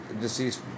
deceased